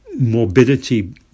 morbidity